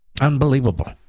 unbelievable